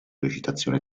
recitazione